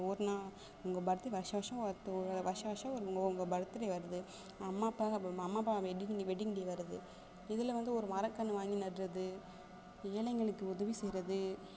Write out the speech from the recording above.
ஒரு நாள் உங்கள் பர்த்து வருஷம் வருஷம் வருது ஒரு வருஷ வருஷம் ஒரு உங்கள் உங்கள் பர்த்டே வருது அம்மா அப்பா அப்புறம் அம்மா அப்பா வெட்டிங் டே வெட்டிங் டே வருது இதில் வந்து ஒரு மரக்கன்று வாங்கி நடுறது ஏழைங்களுக்கு உதவி செய்யறது